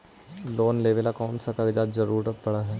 Loan लेवेला का का कागजात जरूरत पड़ हइ?